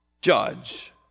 judge